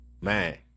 man